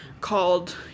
called